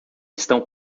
estão